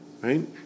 right